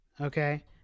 Okay